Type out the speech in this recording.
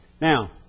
Now